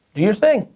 do your thing,